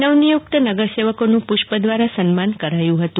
નવ નિયુક્ત નગર સેવકોનું પુષ્પ દ્વારા સન્માન કરાયું હતું